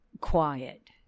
quiet